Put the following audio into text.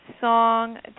song